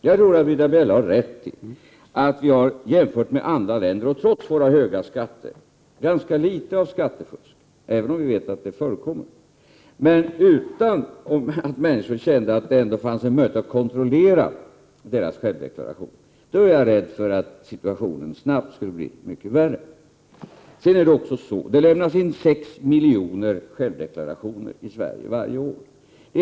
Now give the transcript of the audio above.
Jag tror att Britta Bjelle har rätt i att vi har, jämfört med andra länder och trots våra höga skatter, ganska litet av skattefusk — även om vi vet att det förekommer. Men utan att människor kände att det ändå fanns en möjlighet att kontrollera deras självdeklarationer är jag rädd för att situationen snabbt skulle bli mycket värre. Sedan är det också så att det lämnas in 6 miljoner självdeklarationer varje år.